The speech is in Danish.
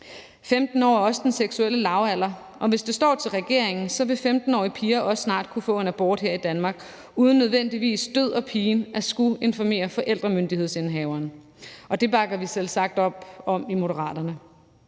15 år er også den seksuelle lavalder, og hvis det står til regeringen, vil 15-årige piger også snart kunne få en abort her i Danmark uden nødvendigvis død og pine at skulle informere forældremyndighedsindehaveren, og det bakker vi selvsagt op om i Moderaterne.